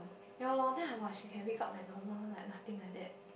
ya loh then I !wah! she can wake up like normal like nothing like that